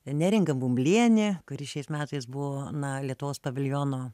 neringa bumblienė kuri šiais metais buvo na lietuvos paviljono